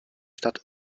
stadt